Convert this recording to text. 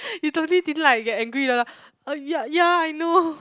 you totally didn't like get angry oh ya ya I know